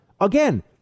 again